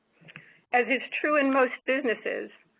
as is true in most businesses,